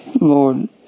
Lord